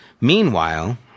Meanwhile